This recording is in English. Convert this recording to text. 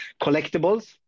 collectibles